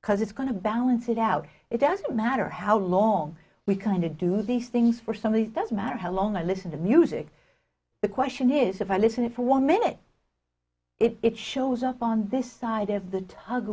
because it's going to balance it out it doesn't matter how long we kind of do these things for some of these doesn't matter how long i listen to music the question is if i listen for one minute it shows up on this side of the